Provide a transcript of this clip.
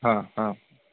हा आम्